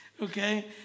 okay